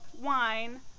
wine